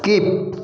skip